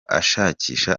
ashakisha